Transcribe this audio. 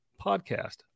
podcast